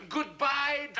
Goodbye